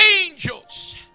angels